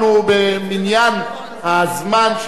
אם אנחנו יכולים להתמודד אתם,